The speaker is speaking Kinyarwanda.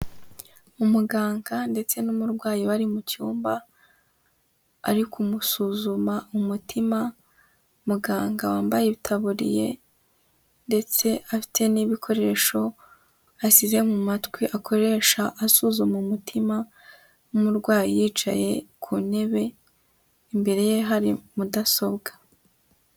Umuganga ndetse n'umurwayi bari mu cyumba ari kumusuzuma umutima, muganga wambaye itaburiye ndetse afite n'ibikoresho yashyize mu matwi akoresha asuzuma umutima, umurwayi yicaye ku ntebe, imbere ye hari mudasobwa.